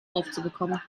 aufzubekommen